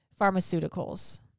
pharmaceuticals